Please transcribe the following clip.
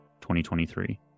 2023